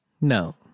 No